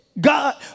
God